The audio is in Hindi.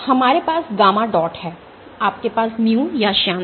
हमारे पास गामा डॉट है आपके पास mu या श्यानता है